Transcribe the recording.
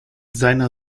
seiner